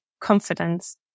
confidence